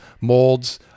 molds